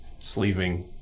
sleeving